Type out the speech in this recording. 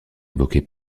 évoqué